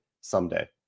someday